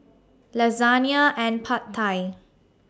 Lasagna and Pad Thai